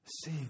See